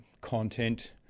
content